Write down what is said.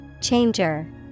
Changer